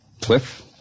Cliff